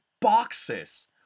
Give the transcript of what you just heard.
boxes